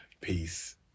Peace